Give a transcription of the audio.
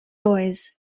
toys